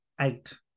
eight